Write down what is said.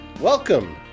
Welcome